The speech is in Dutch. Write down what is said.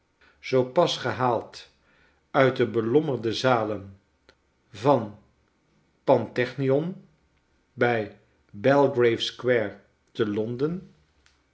zoo pas gehaald uit de belommerde zalen van pan eon bij belgrave square te londen